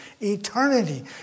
eternity